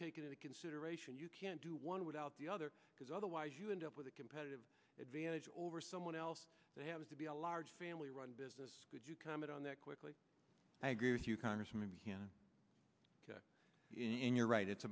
taken into consideration you can't do one without the other because otherwise you end up with a competitive advantage over someone else they have to be a large family run business could you comment on that quickly i agree with you congressman in your right it's